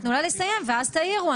תנו לה לסיים ואז תעירו,